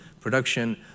production